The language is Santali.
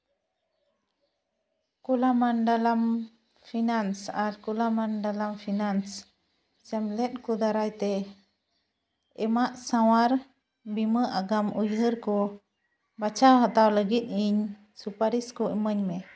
ᱠᱳᱞᱟᱢᱟᱱᱰᱟᱞᱟᱢ ᱯᱷᱤᱱᱟᱱᱥ ᱟᱨ ᱠᱚᱞᱟᱢᱟᱱᱰᱟᱞᱢ ᱯᱷᱤᱱᱟᱱᱥ ᱥᱮᱢᱞᱮᱫ ᱠᱚ ᱫᱟᱨᱟᱭᱛᱮ ᱮᱢᱟᱜ ᱥᱟᱶᱟᱨ ᱵᱤᱢᱟᱹ ᱟᱜᱟᱢ ᱩᱭᱦᱟᱹᱨ ᱠᱚ ᱵᱟᱪᱷᱟᱣ ᱦᱟᱛᱟᱣ ᱞᱟᱹᱜᱤᱫ ᱤᱧ ᱥᱩᱯᱟᱹᱨᱤᱥ ᱠᱚ ᱮᱢᱟᱹᱧ ᱢᱮ